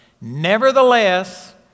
Nevertheless